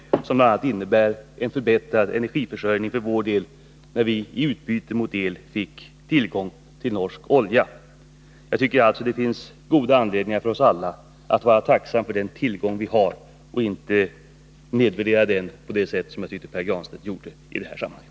Det avtalet ger bl.a. en förbättrad energiförsörjning för vår del genom att vi i utbyte mot el får tillgång till norsk olja. Jag tycker alltså att det finns goda anledningar för oss alla att vara tacksamma för den tillgång vi har på el och inte nedvärdera den på det sätt som jag tyckte att Pär Granstedt gjorde.